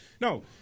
No